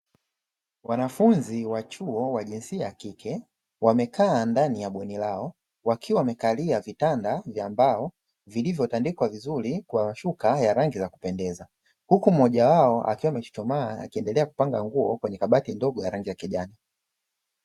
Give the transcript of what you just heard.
Wanafunzi wa chuo wa jinsia ya kike wamekaa ndani ya bweni lao, wakiwa wamekalia vitanda vya mbao vilivyotandikwa vizuri kwa mashuka za kupendeza, huku mmoja wao akiwa amechuchumaa akiendelea kupanga nguo kwenye kabati ndogo ya rangi ya kijani.